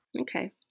Okay